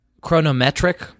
chronometric